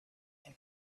and